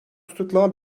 tutuklanma